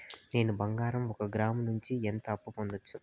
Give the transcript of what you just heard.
నేను బంగారం ఒక గ్రాము నుంచి ఎంత అప్పు పొందొచ్చు